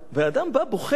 ואדם בא בוכה.